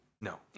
No